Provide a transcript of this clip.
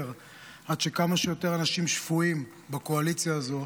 עד שכמה שיותר אנשים שפויים בקואליציה הזו